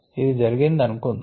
ఇది జరిగినది అనుకుందాము